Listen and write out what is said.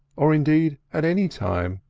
or indeed at any time.